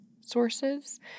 sources